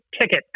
ticket